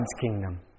kingdom